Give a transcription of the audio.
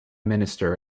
minister